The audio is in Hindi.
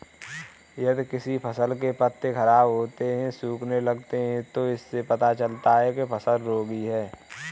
यदि किसी फसल के पत्ते खराब होते हैं, सूखने लगते हैं तो इससे पता चलता है कि फसल रोगी है